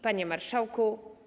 Panie Marszałku!